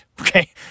Okay